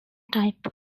type